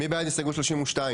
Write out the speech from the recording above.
מי בעד הסתייגות 32?